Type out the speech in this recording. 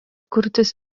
kurtis